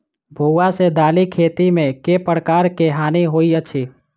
भुआ सँ दालि खेती मे केँ प्रकार केँ हानि होइ अछि?